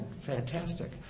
fantastic